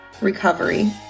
recovery